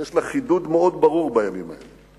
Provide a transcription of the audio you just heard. יש לה חידוד מאוד ברור בימים האלה.